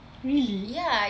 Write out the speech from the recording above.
really